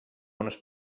unes